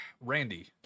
Randy